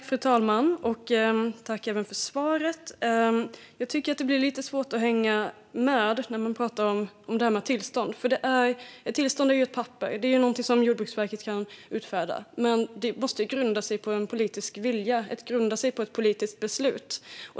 Fru talman! Jag tackar för svaret. Jag tycker att det blir lite svårt att hänga med när ministern pratar om det här med tillstånd. Ett tillstånd är ett papper och någonting som Jordbruksverket kan utfärda, men det måste ju grunda sig på en politisk vilja och ett politiskt beslut.